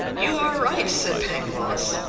you are right, said pangloss,